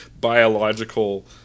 biological